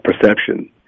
perception